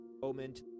moment